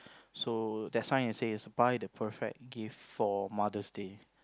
so that sign it says buy the perfect gift for Mother's Day